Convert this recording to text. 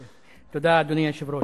תודה, אדוני היושב-ראש.